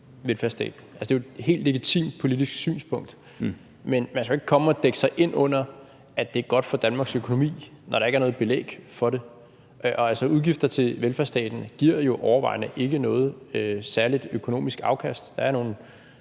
velfærdsstaten. Altså, det er jo et helt legitimt politisk synspunkt. Men man kan jo ikke komme og dække sig ind under, at det er godt for Danmarks økonomi, når der ikke er noget belæg for det. Og altså, udgifter til velfærdsstaten giver jo overvejende ikke noget særligt økonomisk afkast. Der er